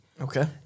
Okay